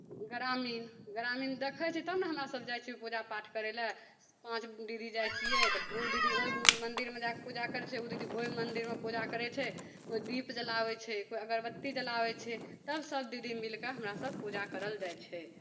ग्रामीण ग्रामीण देखय छै तब ने हमरा सब जाइ छियै पूजा पाठ करय लए पाँच दीदी जाइ छियै तऽ ओ दीदी ओइ मन्दिरमे जा कऽ पूजा करय छै ओ दीदी ओइ मन्दिरमे पूजा करय छै कोइ दीप जलाबय छै कोइ अगरबत्ती जलाबय छै तब सब दीदी मिल कऽ हमरा सब पूजा करल जाइ छै